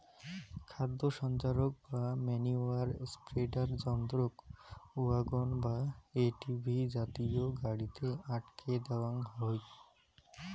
খাদ সঞ্চারক বা ম্যনিওর স্প্রেডার যন্ত্রক ওয়াগন বা এ.টি.ভি জাতীয় গাড়িত আটকে দ্যাওয়াং হই